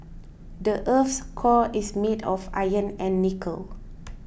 the earth's core is made of iron and nickel